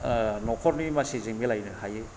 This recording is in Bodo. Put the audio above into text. ओ न'खरनि मानसिजों मिलायनो हायो